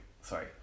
sorry